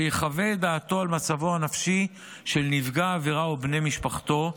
שיחווה את דעתו על מצבו הנפשי של נפגע העבירה או בני משפחתו,